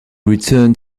returned